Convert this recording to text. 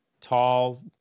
tall